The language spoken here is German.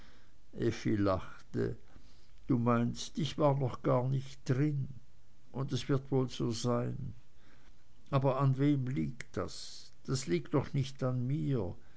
lachte du meinst ich war noch gar nicht drin und es wird wohl so sein aber an wem liegt das das liegt doch nicht an mir